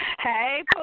Hey